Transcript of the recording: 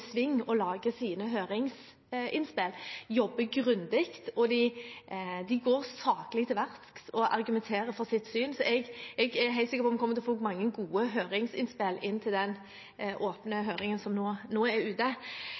sine høringsinnspill, jobber grundig, de går saklig til verks og argumenterer for sitt syn. Jeg er helt sikker på at vi kommer til å få inn mange gode høringsinnspill til den åpne høringen som nå er ute.